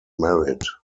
married